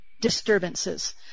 disturbances